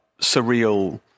surreal